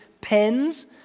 pens